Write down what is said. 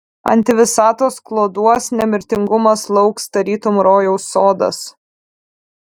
antivisatos kloduos nemirtingumas lauks tarytum rojaus sodas